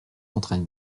entraine